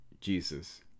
Jesus